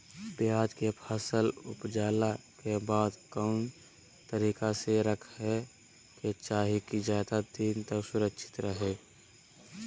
प्याज के फसल ऊपजला के बाद कौन तरीका से रखे के चाही की ज्यादा दिन तक सुरक्षित रहय?